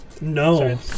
No